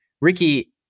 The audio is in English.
Ricky